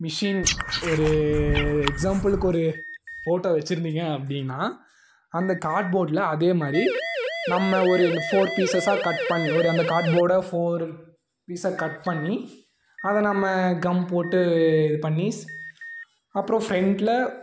machine ஒரு எக்ஸ்சாம்பிளுக்கு ஒரு ஃபோட்டோ வச்சுருந்தீங்க அப்படினா அந்த கார்ட் போர்ட்டில் அதே மாதிரி நம்ம ஒரு இந்த ஃபோர் பீசஸாக கட் பண்ணி ஒரு அந்த கார்ட் போர்டை ஃபோர் பீஸாக கட் பண்ணி அதை நம்ம கம் போட்டு இது பண்ணி அப்புறம் ஃப்ரண்ட்டில்